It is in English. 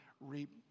reap